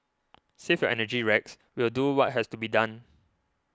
save your energy Rex we'll do what has to be done